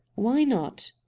why not?